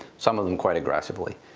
some of them quite aggressively.